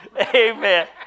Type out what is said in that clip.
Amen